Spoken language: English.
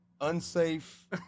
unsafe